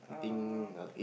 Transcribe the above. uh